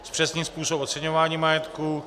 zpřesnit způsob oceňování majetku;